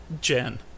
Jen